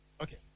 Okay